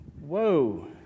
Whoa